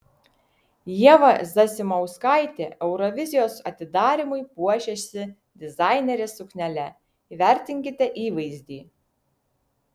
ieva zasimauskaitė eurovizijos atidarymui puošėsi dizainerės suknele įvertinkite įvaizdį